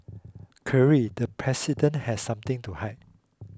clearly the president has something to hide